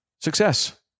success